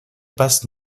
passe